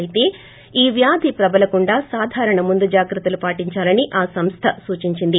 అయితే ఈ వ్యాధి ప్రభలకుండా సాధారణ ముందు జాగ్రత్తలు పాటిందాలని ఆ సంస్థ సూచించింది